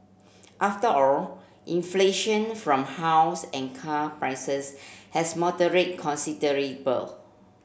after all inflation from house and car prices has moderated considerable